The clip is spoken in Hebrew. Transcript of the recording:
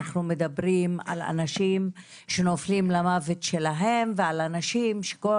אנחנו מדברים על אנשים שנופלים למוות שלהם ועל אנשים שכל